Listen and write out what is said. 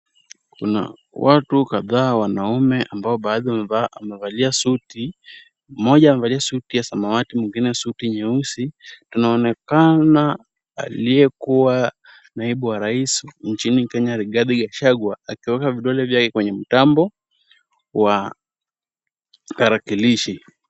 Kuna watu kadhaa wanaume ambao baadhi wamevalia suti, mmoja amevalia suti ya samawati mwingine suti nyeusi. Tunaonekana aliyekuwa naibu wa rais nchini Kenya Rigathi Gachagua akieka vidole vyake kwenye mtambo wa tarakilishi.